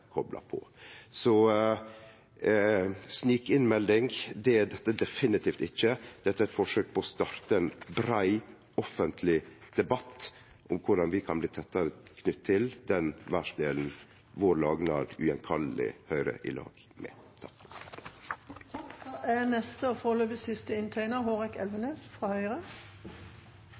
kopla på. Ei snikinnmelding er dette definitivt ikkje. Dette er eit forsøk på å starte ein brei, offentleg debatt om korleis vi kan bli tettare knytt til den verdsdelen vår lagnad ugjenkalleleg høyrer i lag med. Både pandemien og Russlands invasjon i Ukraina har vist verdien av et samlet Europa og